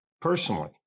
personally